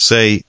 Say